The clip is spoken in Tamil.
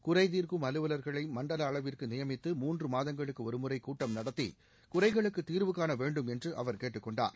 குறைதீர்க்கும் அலுவலர்களை மண்டல அளவிற்கு நியமித்து மூன்று மாதங்களுக்கு ஒருமுறை கூட்டம் நடத்தி குறைகளுக்கு தீர்வு காண வேண்டும் என்று அவர் கேட்டுக் கொண்டார்